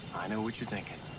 i know what you're thinking.